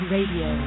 Radio